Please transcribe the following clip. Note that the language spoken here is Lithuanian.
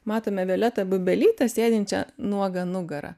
matome violetą bubelytę sėdinčią nuoga nugara